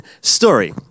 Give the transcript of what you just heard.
story